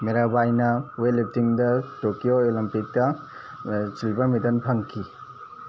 ꯃꯤꯔꯥꯕꯥꯏꯅ ꯋꯦꯠꯂꯤꯐꯇꯤꯡꯗ ꯇꯣꯛꯀ꯭ꯌꯣ ꯑꯣꯂꯤꯝꯄꯤꯛꯇ silver medal ꯐꯪꯈꯤ